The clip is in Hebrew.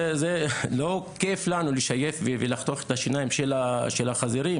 זה לא כיף לנו לשייף ולחתוך את השיניים של החזירים,